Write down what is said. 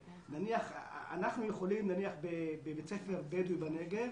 אנחנו יכולים נניח בבית ספר בדואי בנגב